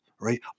right